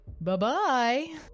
Bye-bye